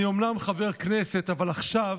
אני אומנם חבר כנסת, אבל עכשיו